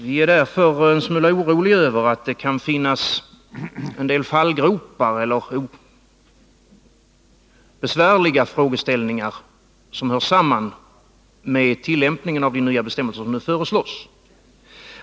Vi är därför en smula oroliga över att det kan finnas en del fallgropar eller besvärliga frågeställningar som hör samman med tillämpningen av de nya bestämmelser som nu föreslås.